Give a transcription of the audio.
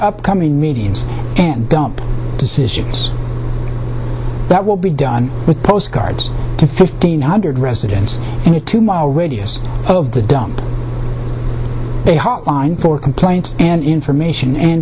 upcoming meetings and dump decisions that will be done with postcards to fifteen hundred residents in a two mile radius of the dump a hotline for complaints and information and